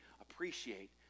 appreciate